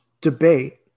debate